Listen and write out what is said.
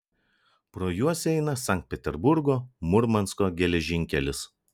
pro juos eina sankt peterburgo murmansko geležinkelis